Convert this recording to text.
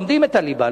לומדים את הליבה,